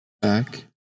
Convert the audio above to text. Back